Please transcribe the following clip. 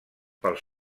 pels